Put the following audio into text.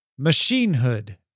Machinehood